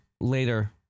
later